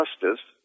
justice